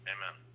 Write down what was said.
Amen